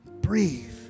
breathe